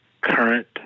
current